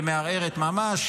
ומערערת ממש.